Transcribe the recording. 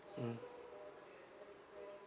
mm